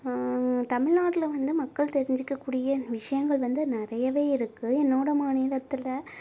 தமிழ்நாட்டில் வந்து மக்கள் தெரிஞ்சுக்ககூடிய விஷயங்கள் வந்து நிறையவே இருக்கு என்னோட மாநிலத்தில்